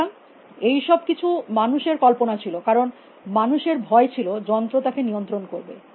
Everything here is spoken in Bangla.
সুতরাং এই সব কিছু মানুষের কল্পনা ছিল কারণ মানুষের ভয় ছিল যন্ত্র তাকে নিয়ন্ত্রণ করবে